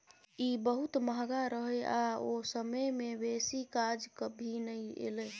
ई बहुत महंगा रहे आ ओ समय में बेसी काज भी नै एले